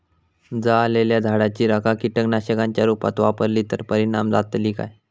जळालेल्या झाडाची रखा कीटकनाशकांच्या रुपात वापरली तर परिणाम जातली काय?